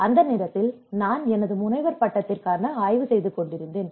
அந்த நேரத்தில் நான் எனது முனைவர் பட்டத்திற்கான ஆய்வு செய்து கொண்டிருந்தேன்